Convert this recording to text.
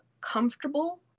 comfortable